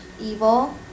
evil